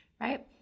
right